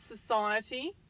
society